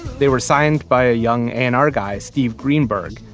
they were signed by a young a and r guy, steve greenberg,